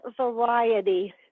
variety